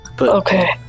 Okay